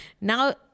Now